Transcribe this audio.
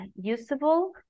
usable